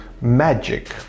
magic